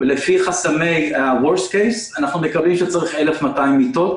לפי חסמי ה-Worst case אנחנו מקבלים שצריך 1,200 מיטות